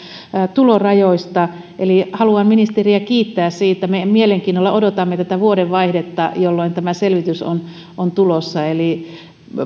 tulorajoista haluan ministeriä kiittää siitä me mielenkiinnolla odotamme vuodenvaihdetta jolloin tämä selvitys on on tulossa